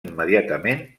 immediatament